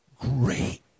great